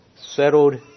settled